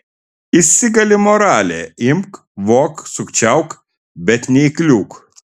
įsigali moralė imk vok sukčiauk bet neįkliūk